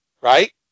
right